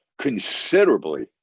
considerably